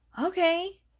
okay